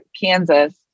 Kansas